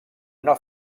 una